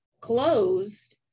closed